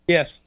Yes